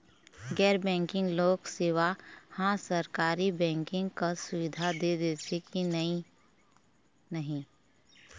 गैर banking loan सेवा हा सरकारी बैंकिंग कस सुविधा दे देथे कि नई नहीं?